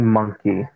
Monkey